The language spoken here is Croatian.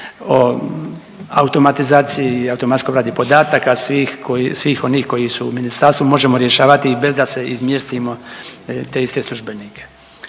o automatizaciji i automatskoj obradi podataka svih onih koji su u ministarstvu možemo rješavati i bez da se izmjestimo te iste službenike.